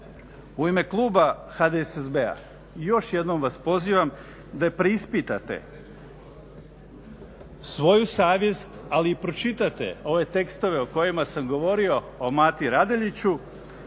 u ime kluba HDSSB-a još jednom vas pozivam da preispitate svoju savjest, ali i pročitate ove tekstove o kojima sam govorio o Mati Radeljiću.